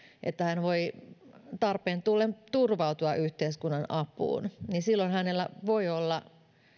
että hän voi tarpeen tullen turvautua yhteiskunnan apuun niin silloin hänellä voi olla